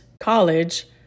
College